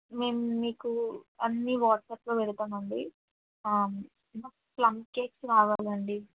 మేము మీకు అన్ని వాట్సాప్లో వెడతామండి ప్లం కేక్స్ కావాలండి